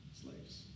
slaves